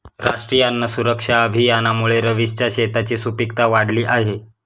राष्ट्रीय अन्न सुरक्षा अभियानामुळे रवीशच्या शेताची सुपीकता वाढली आहे